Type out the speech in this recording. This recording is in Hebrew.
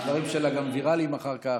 הדברים שלה גם ויראליים אחר כך.